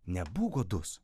nebūk godus